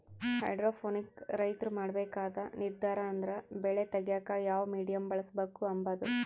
hydroponic ರೈತ್ರು ಮಾಡ್ಬೇಕಾದ ನಿರ್ದಾರ ಅಂದ್ರ ಬೆಳೆ ತೆಗ್ಯೇಕ ಯಾವ ಮೀಡಿಯಮ್ ಬಳುಸ್ಬಕು ಅಂಬದು